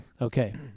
Okay